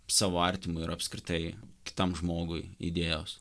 savo artimui ir apskritai kitam žmogui idėjos